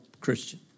Christian